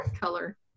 color